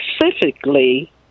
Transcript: specifically